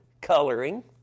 coloring